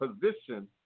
position